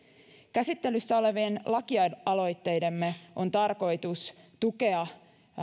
käsittelyssä olevien lakialoitteidemme on tarkoitus tukea